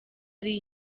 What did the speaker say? ari